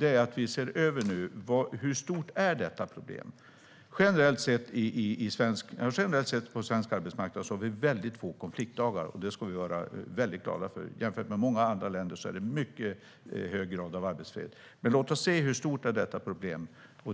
är att vi nu ser över hur stort detta problem är. Generellt sett har vi på svensk arbetsmarknad väldigt få konfliktdagar, och det ska vi vara glada för. Jämfört med många andra länder råder en mycket hög grad av arbetsfred. Men låt oss se hur stort problemet är.